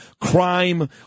crime